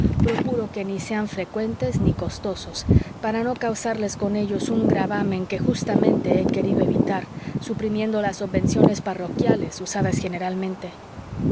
procuro que ni sean frecuentes ni costosos para no causarles con ellos un gravamen que justamente he querido evitar suprimiendo las obvenciones parroquiales usadas generalmente